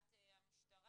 מקרה.